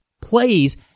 plays